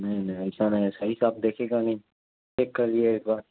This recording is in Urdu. نہیں نہیں ایسا نہیں ہے صحیح سے آپ دیکھے گا نہیں چیک کر لیجیے ایک بار